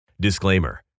Disclaimer